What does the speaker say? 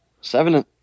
seven